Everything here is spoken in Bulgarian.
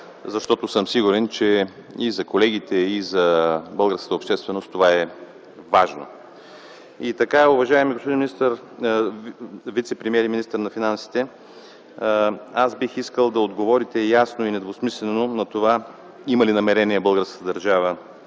защото съм сигурен, че и за колегите, и за българската общественост това е важно. Уважаеми господин вицепремиер и министър на финансите, бих искал да отговорите ясно и недвусмислено има ли намерение българската държава